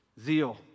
zeal